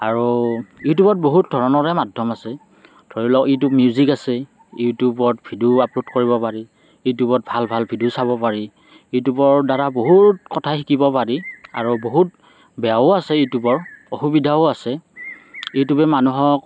আৰু ইউটিউবত বহুত ধৰণৰে মাধ্যম আছে ধৰি লওঁক ইউটিউব মিউজিক আছে ইউটিউবত ভিডিঅ' আপলোড কৰিব পাৰি ইউটিউবত ভাল ভাল ভিডিঅ' চাব পাৰি ইউটিউবৰ দ্বাৰা বহুত কথা শিকিব পাৰি আৰু বহুত বেয়াও আছে ইউটিউবৰ অসুবিধাও আছে ইউটিউবে মানুহক